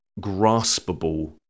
graspable